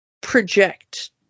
Project